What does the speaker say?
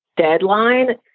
deadline